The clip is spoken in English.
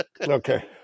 Okay